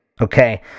Okay